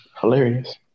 Hilarious